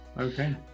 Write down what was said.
Okay